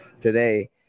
today